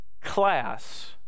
class